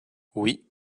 oui